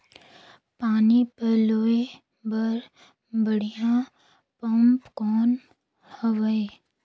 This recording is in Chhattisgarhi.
पानी पलोय बर बढ़िया पम्प कौन हवय?